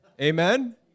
Amen